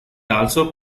also